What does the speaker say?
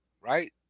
right